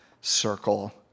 circle